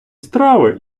страви